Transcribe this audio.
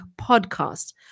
podcast